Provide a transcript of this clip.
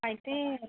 అయితే